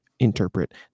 Interpret